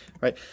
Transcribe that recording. right